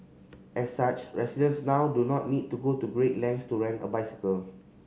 as such residents now do not need to go to great lengths to rent a bicycle